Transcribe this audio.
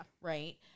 Right